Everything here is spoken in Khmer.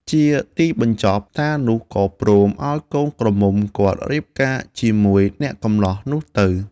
ជាទីបញ្ចប់ តានោះក៏ព្រមឲ្យកូនក្រមុំគាត់រៀបការជាមួយអ្នកកម្លោះនោះទៅ។